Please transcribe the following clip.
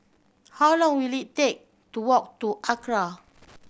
how long will it take to walk to ACRA